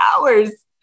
hours